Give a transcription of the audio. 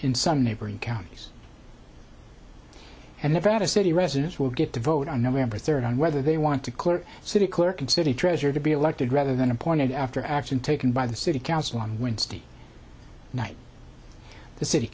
in some neighboring counties and the fattest city residents will get to vote on november third on whether they want to court city clerk and city treasurer to be elected rather than appointed after action taken by the city council on wednesday night the city